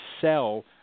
sell